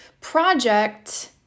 project